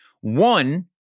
One